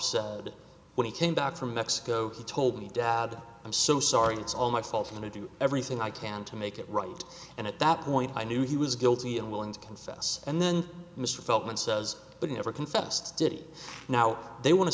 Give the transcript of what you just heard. said when he came back from mexico he told me dad i'm so sorry it's all my fault and i do everything i can to make it right and at that point i knew he was guilty and willing to confess and then mr feldman says but he never confessed did it now they want to